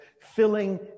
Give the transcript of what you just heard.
filling